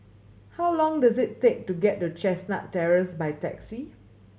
how long does it take to get to Chestnut Terrace by taxi